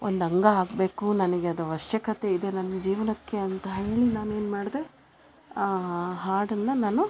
ಒಂದು ಅಂಗ ಆಗ್ಬೇಕು ನನಗದು ಆವಶ್ಯಕತೆ ಇದೆ ನನ್ನ ಜೀವನಕ್ಕೆ ಅಂತ ಹೇಳಿ ನಾನೇನು ಮಾಡ್ದೆ ಆ ಹಾಡನ್ನ ನಾನು